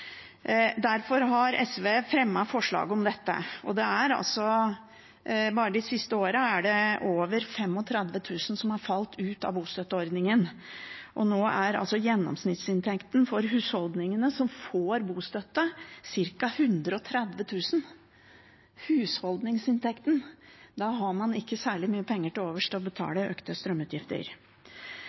har derfor fremmet et forslag om dette. Bare de siste årene er det over 35 000 som har falt ut av bostøtteordningen, og nå er gjennomsnittsinntekten for husholdningene som får bostøtte, ca. 130 000 kr – husholdningsinntekten. Da har man ikke særlig mye penger til overs til å betale økte strømutgifter